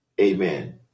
Amen